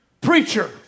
preacher